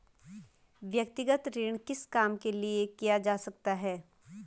व्यक्तिगत ऋण किस काम के लिए किया जा सकता है?